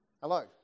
Hello